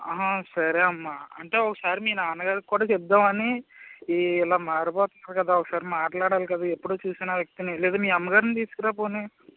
సరే అమ్మా అంటే ఒకసారి మీ నాన్నగారికి కూడా చెబుదామని ఈ ఇలా మారిపోతున్నారు కదా ఒకసారి మాట్లాడాలి కదా ఎప్పుడో చూసాను ఆ వ్యక్తిని లేదా మీ అమ్మగారిని తీసుకునిరా పోనీ